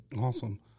Awesome